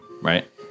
right